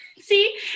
See